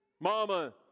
Mama